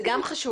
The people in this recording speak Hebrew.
זה גם חשוב.